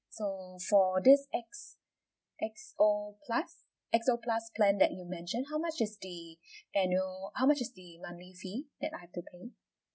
so for this X X_O plus X_O plus plan that you mentioned how much is the annual how much is the monthly fee that I have to pay